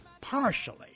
partially